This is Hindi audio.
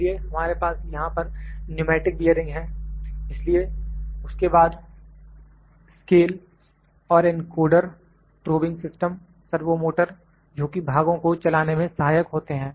इसलिए हमारे पास यहां पर न्यूमेटिक बियरिंग हैं इसलिए उसके बाद स्केल और encoder probing system servo motor जोकि भागों को चलाने में सहायक होते हैं